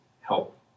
help